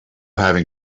having